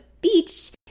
beach